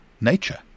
nature